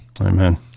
amen